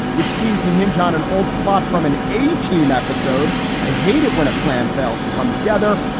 which seemed to hinge on an old plot from an a t m episode. i hate it when a plan fails to come together.